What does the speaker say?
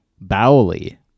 Bowley